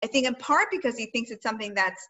‫אני חושבת, במיוחד, ‫כי הוא חושב שזה משהו ש...